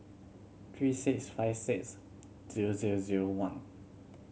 three six five six zero zero zero one